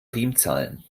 primzahlen